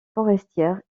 forestières